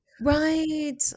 Right